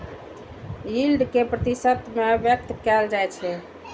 yield कें प्रतिशत मे व्यक्त कैल जाइ छै